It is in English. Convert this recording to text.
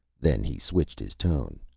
then he switched his tone.